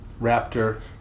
Raptor